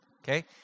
okay